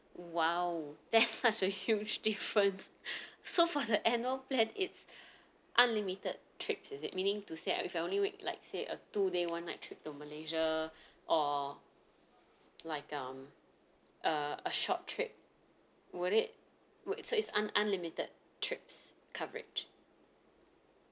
!wow! that's such a huge difference so for the annual plan it's unlimited trips is it meaning to say if I only make like say a two day one night trip to malaysia or like um a a short trip would it would so it's un~ unlimited trips coverage